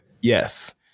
Yes